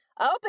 Open